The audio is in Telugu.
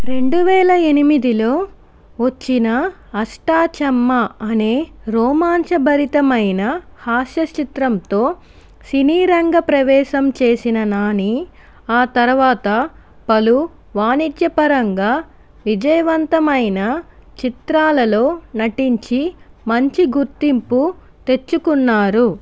రెండువేల ఎనిమిదిలో వచ్చిన అష్టా చమ్మా అనే రోమాన్చాభరితమైన హాస్య చిత్రంతో సినీ రంగ ప్రవేశం చేసిన నాని ఆ తర్వాత పలు వాణిజ్యపరంగా విజయవంతమైన చిత్రాల్లో నటించి మంచి గుర్తింపు తెచ్చుకున్నారు